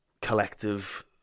collective